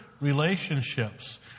relationships